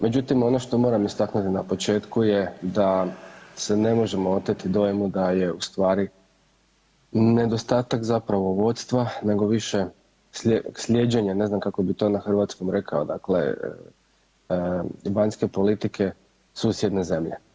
Međutim ono što moram istaknuti na početku je da se ne možemo oteti dojmu da je u stvari nedostatak zapravo vodstva nego više sljeđenja, ne znam kako bi to na hrvatskom rekao, dakle vanjske politike susjedne zemlje.